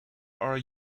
are